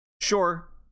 Sure